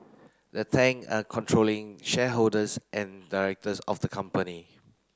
the Tang are controlling shareholders and directors of the company